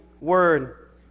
word